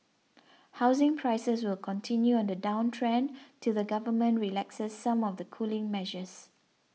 housing prices will continue on the downtrend till the government relaxes some of the cooling measures